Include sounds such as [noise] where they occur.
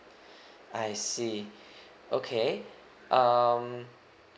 [breath] I see [breath] okay um